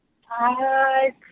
Hi